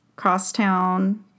Crosstown